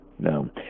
no